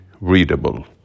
Readable